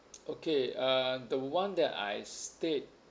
okay uh the one that I stayed